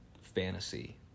fantasy